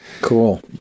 cool